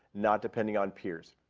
not depending on peers.